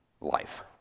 Life